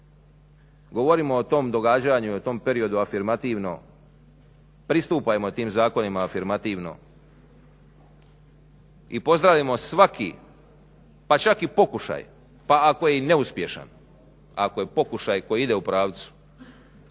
govorimo o tom događanju o tom periodu afirmativno, pristupajmo tim zakonima afirmativno i pozdravimo svaki pa čak i pokušaj, pa ako je i neuspješan, ako je pokušaj koji ide u pravcu